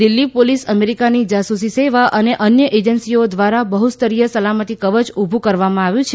Delhi police અમેરીકાની જાસુસી સેવા અને અન્ય એજન્સીઓ ધ્વારા બહુસ્તરીય સલામતી કવય ઉભુ કરવામાં આવ્યું છે